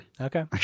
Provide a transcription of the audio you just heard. Okay